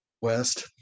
west